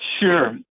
Sure